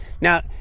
Now